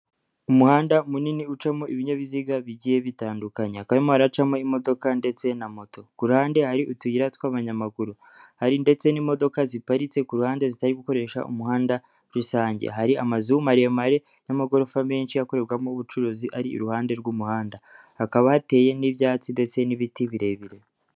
Umuhanda munini ucamo ibinyabiziga bigiye bitandukanya hakaba harimo hacamo imodoka ndetse na moto ku hande hari utuyira tw'abanyamaguru hari ndetse n'imodoka ziparitse ku ruhande zitari gukoresha umuhanda rusange, hari amazu maremare n'amagorofa menshi akorerwamo ubucuruzi ari iruhande rw'umuhanda, hakaba hateye n'ibyatsi ndetse n'ibiti birebire.